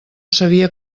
sabia